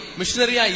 missionary